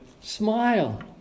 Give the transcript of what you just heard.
smile